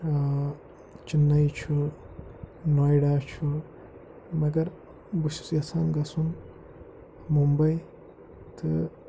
چِنَے چھُ نویڈا چھُ مگر بہٕ چھُس یَژھان گَژھُن مُمبے تہٕ